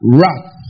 Wrath